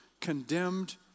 condemned